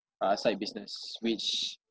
uh uh side business which